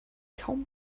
kaum